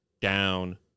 down